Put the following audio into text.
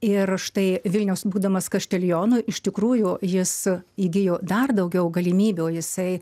ir štai vilniaus būdamas kaštelionu iš tikrųjų jis įgijo dar daugiau galimybių jisai